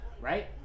right